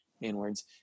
inwards